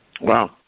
Wow